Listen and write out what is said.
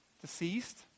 deceased